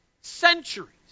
Centuries